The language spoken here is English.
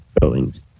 buildings